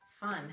fun